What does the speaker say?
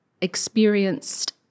experienced